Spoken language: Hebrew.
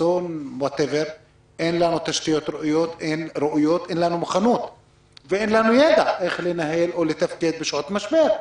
אין לנו תשתיות ראויות ואין לנו ידע בניהול שעות משבר.